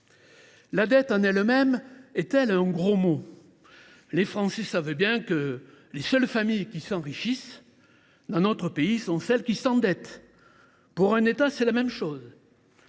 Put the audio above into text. La dette en elle même est elle un gros mot ? Les Français savaient bien que les seules familles qui s’enrichissent dans notre pays sont celles qui s’endettent. Pour un État, c’est la même chose.